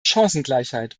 chancengleichheit